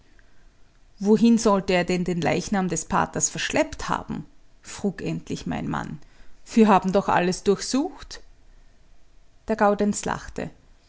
wohin sollte er denn den leichnam des paters verschleppt haben frug endlich mein mann wir haben doch alles durchsucht der gaudenz lachte